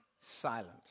silent